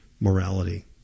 morality